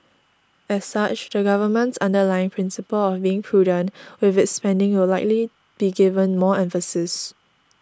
as such the government's underlying principle of being prudent with its spending will likely be given more emphasis